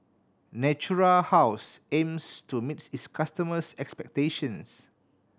Natura House aims to meet its customers' expectations